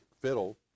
fiddle